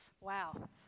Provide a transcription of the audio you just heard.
Wow